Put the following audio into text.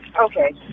Okay